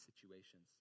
situations